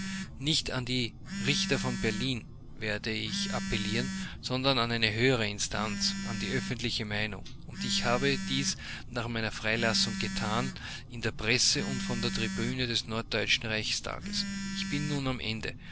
nicht an die richter von berlin werde ich appellieren sondern an eine höhere instanz an die öffentliche meinung und ich habe dies nach meiner freilassung getan in der presse und von der tribüne des norddeutschen reichstags ich bin nun am ende